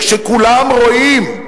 כשכולם רואים,